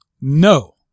No